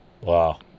Wow